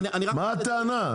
מה הטענה?